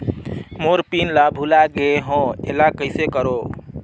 मोर pin ला भुला गे हो एला कइसे करो?